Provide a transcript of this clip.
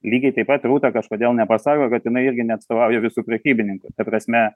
lygiai taip pat rūta kažkodėl nepasako kad inai irgi neatstovauja visų prekybininkų ta prasme